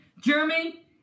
Jeremy